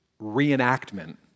reenactment